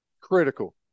critical